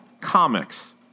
comics